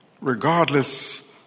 Regardless